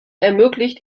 ermöglicht